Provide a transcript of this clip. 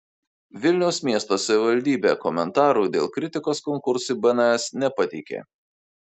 vilniaus miesto savivaldybė komentarų dėl kritikos konkursui bns nepateikė